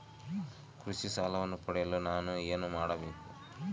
ಕೃಷಿ ಸಾಲವನ್ನು ಪಡೆಯಲು ನಾನು ಏನು ಮಾಡಬೇಕು?